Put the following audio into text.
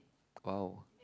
!wow!